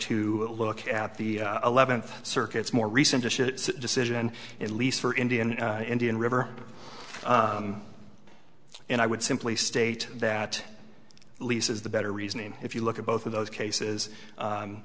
to look at the eleventh circuit is more recent a decision at least for indian indian river and i would simply state that lisa is the better reason and if you look at both of those cases